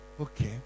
Okay